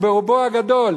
ברובו הגדול.